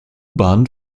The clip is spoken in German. bahn